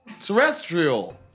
Terrestrial